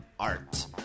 art